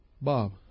Bob